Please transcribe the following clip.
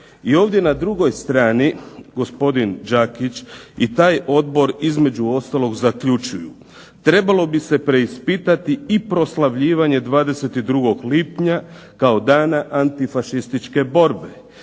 I ovdje na drugoj strani gospodin Đakić i taj odbor između ostalog zaključuju. Trebalo bi se preispitati i proslavljivanje 22. lipnja kao dana antifašističke borbe,